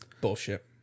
bullshit